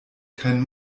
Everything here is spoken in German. kein